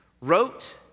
wrote